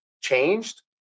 changed